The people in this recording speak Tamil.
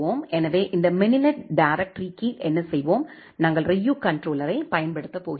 எனவே இந்த மினினட் டைரக்ட்ட்ரீயின் கீழ் என்ன செய்வோம் நாங்கள் ரியூ கண்ட்ரோலரை பயன்படுத்தப் போகிறோம்